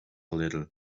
little